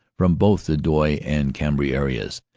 from both the douai and cambrai areas.